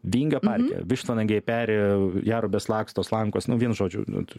vingio parke vištvanagiai peri jerubės laksto slankos nu vienu žodžiu nu